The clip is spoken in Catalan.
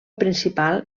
principal